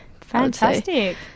Fantastic